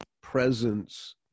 presence